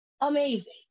Amazing